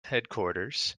headquarters